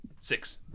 Six